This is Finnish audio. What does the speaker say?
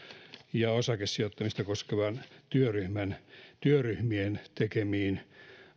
ja osakesijoittamista koskevien työryhmien tekemiin